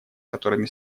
которыми